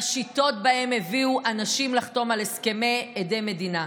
בשיטות שבהן הביאו אנשים לחתום על הסכמי עדי מדינה.